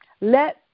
Let